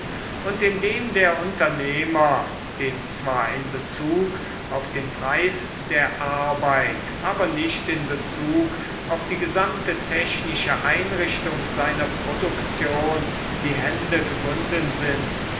und indem der unternehmer dem zwar in bezug auf den preis der arbeit aber nicht in bezug auf die gesamte technische einrichtung seiner produktion die hände gebunden sind